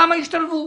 כמה השתלבו?